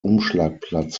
umschlagplatz